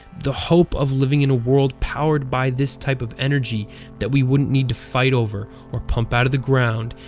the hope of living in a world powered by this type of energy that we wouldn't need to fight over, or pump out of the ground,